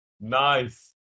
Nice